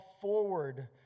forward